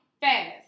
fast